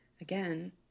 again